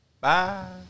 Bye